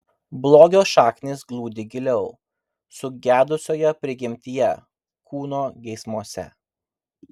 blogio šaknys glūdi giliau sugedusioje prigimtyje kūno geismuose